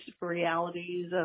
realities